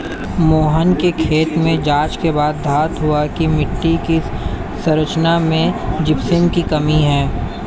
मोहन के खेत में जांच के बाद ज्ञात हुआ की मिट्टी की संरचना में जिप्सम की कमी है